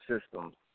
systems